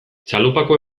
txalupako